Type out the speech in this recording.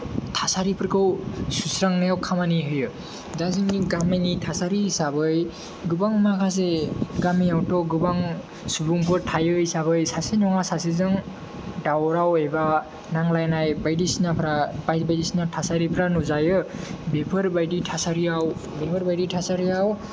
थासारिफोरखौ सुस्रांनायाव खामानि होयो दा जोंनि गामिनि थासारि हिसाबै गोबां माखासे गामियावथ' गोबां सुबुंफोर थायो हिसाबै सासे नङा सासेजों दावराव एबा नांलायनाय बायदिसिनाफोरा बायदि बायदिसिना थासारिफ्रा नुजायो बेफोरबायदि थासारियाव बेफोरबायदि थासारियाव